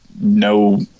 no